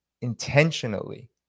intentionally